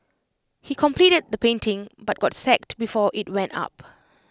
he completed the painting but got sacked before IT went up